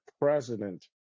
president